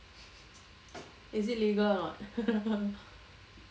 is it legal or not